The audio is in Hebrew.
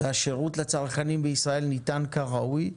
ושהשירות לצרכנים בישראל ניתן כראוי.